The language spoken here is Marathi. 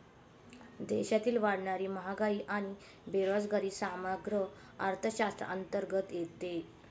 देशातील वाढणारी महागाई आणि बेरोजगारी समग्र अर्थशास्त्राअंतर्गत येते